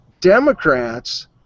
Democrats